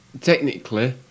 technically